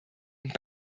und